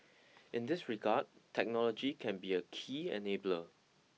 in this regard technology can be a key enabler